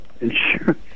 insurance